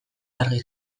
argi